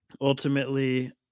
ultimately